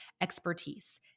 expertise